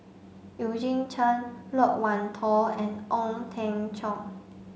Eugene Chen Loke Wan Tho and Ong Teng Cheong